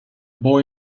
boy